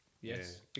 yes